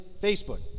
Facebook